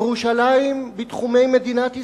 ירושלים בתחומי מדינת ישראל.